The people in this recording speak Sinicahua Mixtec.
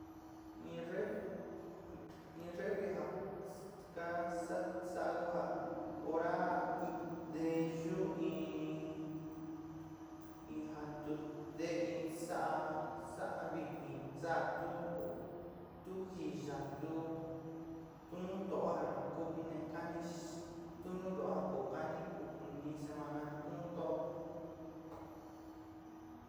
Iin refr- iin refri jan ka'ax xa'á xaohá hora iin nde yuu iin jan nde tute iin xa'á, xa'á vijin xa'a tuu xanji xa'a tuu tuu nutuan na'a tunen kanix tunodoá ko'ó kan nii uni semana tuu non to'ó.